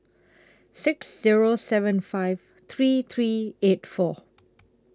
six Zero seven five three three eight four